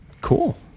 Cool